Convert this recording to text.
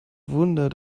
wunder